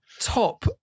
top